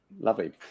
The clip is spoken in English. Lovely